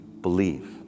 Believe